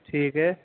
ٹھیک ہے